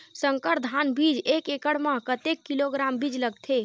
संकर धान बीज एक एकड़ म कतेक किलोग्राम बीज लगथे?